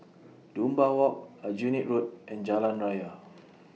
Dunbar Walk Aljunied Road and Jalan Raya